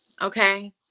okay